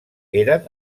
eren